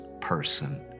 person